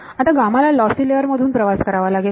आता ह्या ला लॉसी लेअर मधून प्रवास करावा लागेल